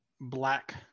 black